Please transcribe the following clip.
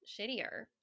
shittier